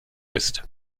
ist